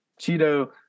Cheeto